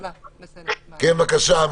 בבקשה.